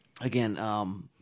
again